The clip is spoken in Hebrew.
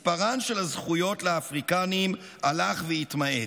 מספרן של הזכויות לאפריקנים הלך והתמעט.